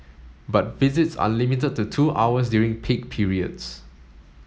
but visits are limited to two hours during peak periods